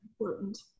important